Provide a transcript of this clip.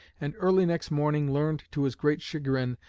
and early next morning learned, to his great chagrin,